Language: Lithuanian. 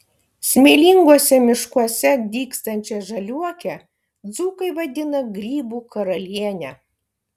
smėlinguose miškuose dygstančią žaliuokę dzūkai vadina grybų karaliene